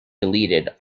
deleted